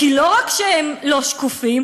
כי לא רק שהם לא שקופים,